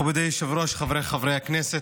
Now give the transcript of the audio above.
מכובדי היושב-ראש, חבריי חברי הכנסת,